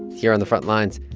hear on the front lines,